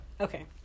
Okay